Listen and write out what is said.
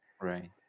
right